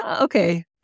Okay